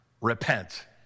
Repent